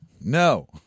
No